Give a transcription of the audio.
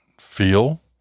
feel